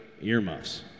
earmuffs